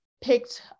picked